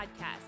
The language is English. podcast